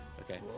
Okay